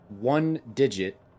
one-digit